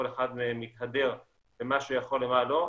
כל אחד מתהדר במה שהוא יכול ומה לא,